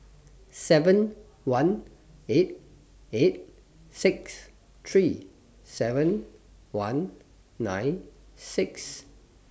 seven one eight eight six three seven one nine six